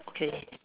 okay